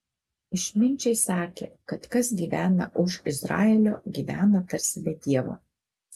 išminčiai sakė kad kas gyvena už izraelio gyvena tarsi be dievo